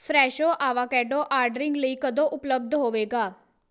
Fresho avocado ordering ਲਈ ਕਦੋਂ ਉਪਲਬਧ ਹੋਵੇਗਾ